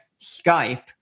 Skype